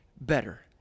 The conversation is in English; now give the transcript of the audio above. better